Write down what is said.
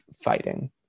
fighting